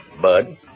bud